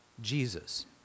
Jesus